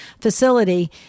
facility –